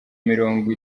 mirongo